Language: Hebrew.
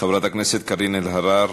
חברת הכנסת קארין אלהרר,